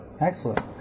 Excellent